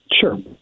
Sure